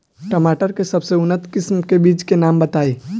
टमाटर के सबसे उन्नत किस्म के बिज के नाम बताई?